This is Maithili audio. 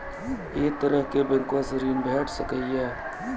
ऐ तरहक बैंकोसऽ ॠण भेट सकै ये?